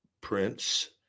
Prince